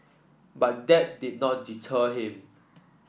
but that did not deter him